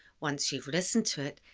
once you've listened to it,